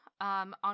On